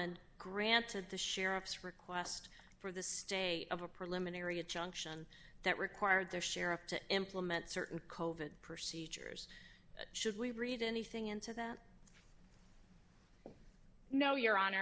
and granted the sheriff's request for the stay of a preliminary injunction that required their sheriff to implement certain covert procedures should we read anything into that no your hon